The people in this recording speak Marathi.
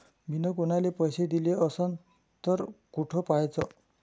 मिन कुनाले पैसे दिले असन तर कुठ पाहाचं?